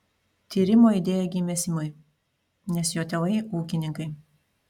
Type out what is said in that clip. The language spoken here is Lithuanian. tyrimo idėja gimė simui nes jo tėvai ūkininkai